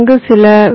அங்கு சில வி